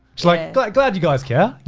it's like glad glad you guys care,